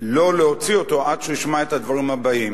לא להוציא אותו עד שהוא ישמע את הדברים הבאים,